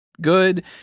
Good